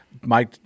Mike